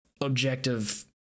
objective